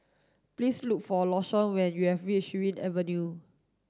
please look for Lashawn when you reach Surin Avenue